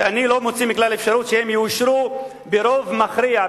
שאני לא מוציא מכלל אפשרות שהן יאושרו ברוב מכריע,